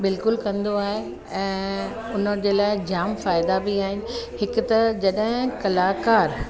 बिल्कुलु कंदो आहे ऐं हुन जे लाइ जाम फ़ाइदा बि आहिनि हिक त जॾहिं कलाकारु